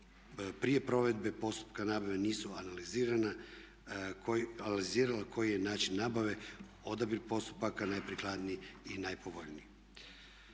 Prije provedbe postupka nabave nisu analizirala koji je način nabave, odabir postupaka najprikladniji i najpovoljniji.